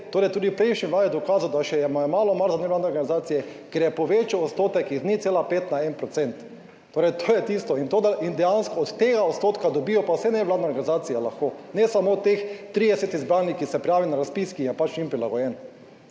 torej tudi v prejšnji vladi dokazal, da mu je še malo mar za nevladne organizacije, ker je povečal odstotek iz 0,5 na 1 %. Torej, to je tisto in dejansko od tega odstotka dobijo pa vse nevladne organizacije lahko, ne samo teh 30 izbranih, ki se prijavi na razpis, ki je pač njim prilagojen,